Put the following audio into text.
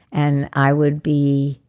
and i would be.